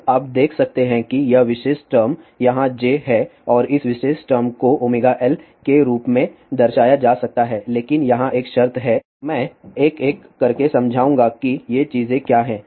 अब आप देख सकते हैं कि यह विशेष टर्म यहां j है और इस टर्म को ωLके रूप में दर्शाया जा सकता है लेकिन यहां एक शर्त है मैं एक एक करके समझाऊंगा कि ये चीजें क्या हैं